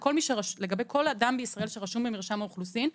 לגבי כל אדם בישראל שרשום במרשם האוכלוסין,